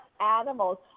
animals